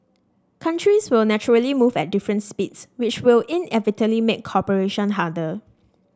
countries will naturally move at different speeds which will inevitably make cooperation harder